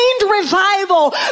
revival